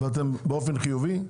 באופן חיובי?